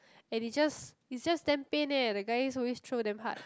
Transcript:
and it just it just damn pain eh the guys always throw damn hard